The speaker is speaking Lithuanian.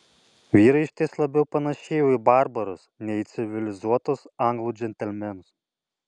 vyrai išties labiau panėšėjo į barbarus nei į civilizuotus anglų džentelmenus